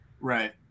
Right